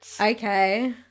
Okay